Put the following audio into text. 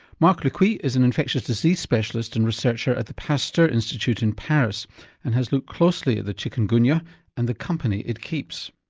marc like lecuit is an infectious disease specialist and researcher at the pasteur institute in paris and has looked closely at the chikungunya and the company it keeps.